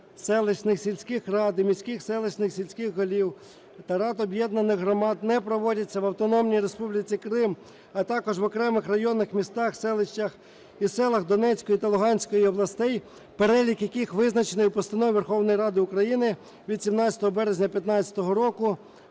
селищних, сільських рад і міських, селищних, сільських голів та рад об'єднаних громад не проводяться в Автономній Республіці Крим, а також в окремих районах, містах, селищах і селах Донецької та Луганської областей, перелік яких визначений у Постанові Верховної Ради України від 17 березня 15-го року